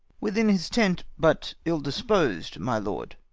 within his tent but ill-dispos'd, my lord.